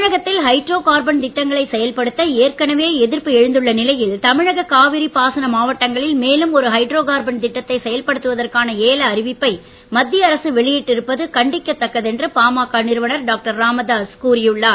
தமிழகத்தில் hydrocarbon திட்டங்களை செயல்படுத்த ஏற்கனவே எதிர்ப்பு எழந்துள்ள நிலையில் தமிழக காவிரி பாசன மாவட்டங்களில் மேலும் ஒரு ஹைட்ரோ கார்பன் திட்டத்தை செயல்படுத்துவதற்கான ஏல அறிவிப்பை மத்திய அரச வெளியிட்டிருப்பது கண்டிக்கதக்கது என்று பாமக நிறுவனர் டாக்டர் ராமதாஸ் கூறியுள்ளார்